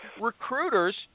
recruiters